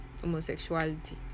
Homosexuality